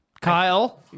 Kyle